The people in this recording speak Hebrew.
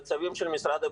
בצווים של משרד הבריאות,